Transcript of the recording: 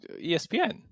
ESPN